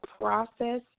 process